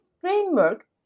framework